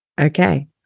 Okay